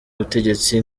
ubutegetsi